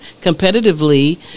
competitively